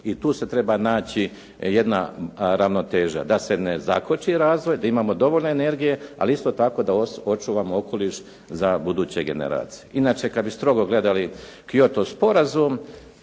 i tu se treba naći jedna ravnoteža, da se ne zakoči razvoj, da imamo dovoljno energije, ali isto tako da očuvamo okoliš za buduće generacije. Inače kad bi strogo gledali Kyoto sporazum,